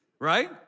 right